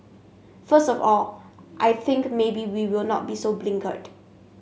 first of all I think maybe we will not be so blinkered